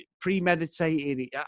premeditated